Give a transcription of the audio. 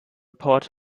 port